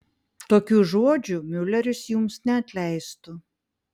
tokių žodžių miuleris jums neatleistų